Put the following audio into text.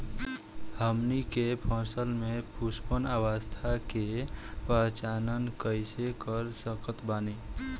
हमनी के फसल में पुष्पन अवस्था के पहचान कइसे कर सकत बानी?